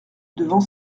devant